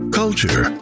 culture